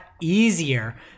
easier